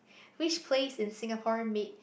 which place in Singapore made